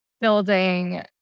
building